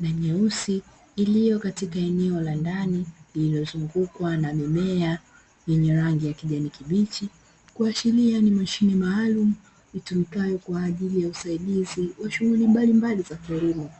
na nyeusu iliyo katika eneo la ndani lililozungukwa na mimea yenye rangi ya kijani kibichi, kuashiria ni mashine maalumu itumikayo kwa ajili ya usaidizi wa shughuli mbalimbali za kilimo.